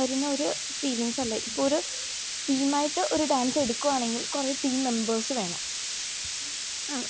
വരുന്ന ഒരു ഫീലിങ്സ് അല്ല ഇതൊരു തീമായിട്ട് ഒരു ഡാൻസ് എടുക്കുകയാണെങ്കിൽ കുറേ ടീം മെമ്പേഴ്സ് വേണം ഉം